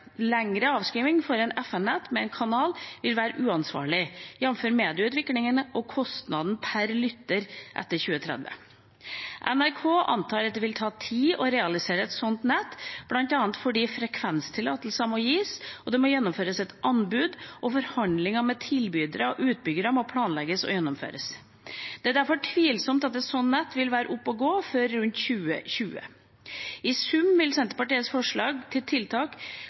Lengre avskriving for FM-nett med én kanal vil være uansvarlig, jf. medieutviklingen og kostnaden per lytter etter 2030. NRK antar at det vil ta tid å realisere et sånt nett, bl.a. fordi frekvenstillatelser må gis, det må gjennomføres et anbud, og forhandlinger med tilbydere og utbyggere må planlegges og gjennomføres. Det er derfor tvilsomt at et sånt nett vil være oppe og gå før rundt 2020. I sum vil Senterpartiets forslag til tiltak